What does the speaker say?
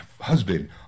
husband